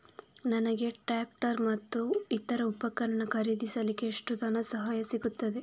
ನನಗೆ ಟ್ರ್ಯಾಕ್ಟರ್ ಮತ್ತು ಇತರ ಉಪಕರಣ ಖರೀದಿಸಲಿಕ್ಕೆ ಎಷ್ಟು ಧನಸಹಾಯ ಸಿಗುತ್ತದೆ?